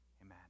amen